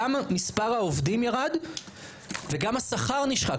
גם מספר העובדים ירד וגם השכר נשחק,